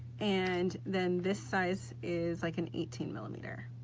and then this size is like an eighteen millimeter.